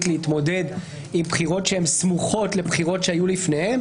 להתמודד עם בחירות שהן סמוכות לבחירות שהיו לפניהן,